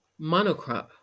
monocrop